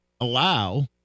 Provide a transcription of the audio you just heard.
allow